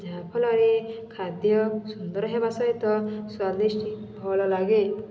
ଯାହାଫଲରେ ଖାଦ୍ୟ ସୁନ୍ଦର ହେବା ସହିତ ସ୍ଵାଦିଷ୍ଟି ଭଲ ଲାଗେ